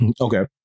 Okay